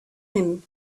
him